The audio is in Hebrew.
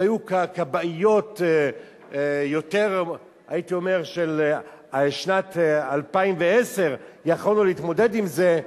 שאם היו יותר כבאיות של שנת 2010 יכולנו להתמודד עם זה,